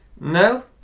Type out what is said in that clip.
No